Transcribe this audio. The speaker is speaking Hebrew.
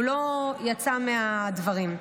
הוא לא יצא מהדברים.